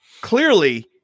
clearly